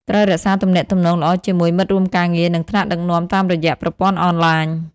ត្រូវ រក្សាទំនាក់ទំនងល្អជាមួយមិត្តរួមការងារ និងថ្នាក់ដឹកនាំតាមរយៈប្រព័ន្ធអនឡាញ។